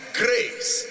grace